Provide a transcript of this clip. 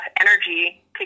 energy